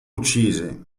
uccise